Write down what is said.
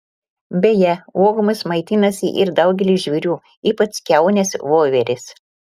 beje uogomis maitinasi ir daugelis žvėrių ypač kiaunės voverės